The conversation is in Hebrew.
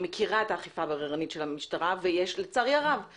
אני מכירה את האכיפה הבררנית של המשטרה ולצערי הרב זה קיים.